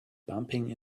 bumping